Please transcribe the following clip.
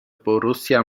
borussia